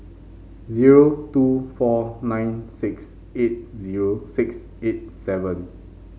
zero two four nine six eight zero six eight seven